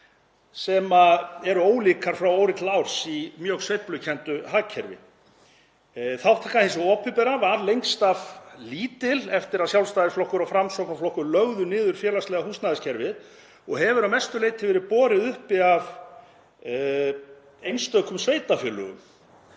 sem eru ólíkar frá ári til árs í mjög sveiflukenndu hagkerfi. Þátttaka hins opinbera var lengst af lítil eftir að Sjálfstæðisflokkur og Framsóknarflokkur lögðu niður félagslega húsnæðiskerfið og hefur að mestu leyti verið borin uppi af einstökum sveitarfélögum.